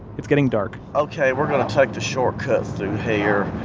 it's getting dark ok. we're going to take the shortcut through here,